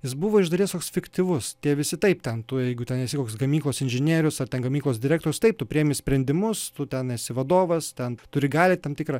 jis buvo iš dalies toks fiktyvus tie visi taip tu ten jeigu esi koks gamyklos inžinierius ar ten gamyklos direktorius taip tu priimi sprendimus tu ten esi vadovas ten turi galią tam tikrą